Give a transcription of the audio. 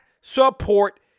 support